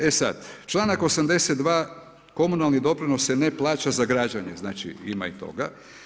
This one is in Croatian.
E sad, članak 82. komunalni doprinos se ne plaća za građenje, znači ima i toga.